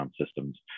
systems